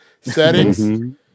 Settings